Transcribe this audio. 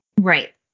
Right